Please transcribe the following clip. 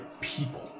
people